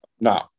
No